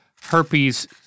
herpes